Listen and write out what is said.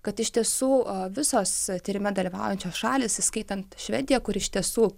kad iš tiesų visos tyrime dalyvaujančios šalys įskaitant švediją kuri iš tiesų